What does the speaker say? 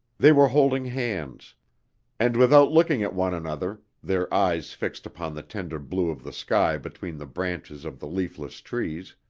they were holding hands and without looking at one another, their eyes fixed upon the tender blue of the sky between the branches of the leafless trees,